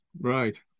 Right